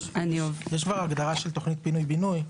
יש כבר הגדרה של תכנית פינוי בינוי,